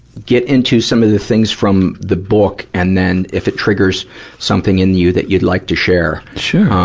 get into some of the things from the book. and then if it triggers something in you that you'd like to share sure. um,